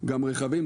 גם רכבים,